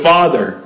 Father